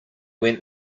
went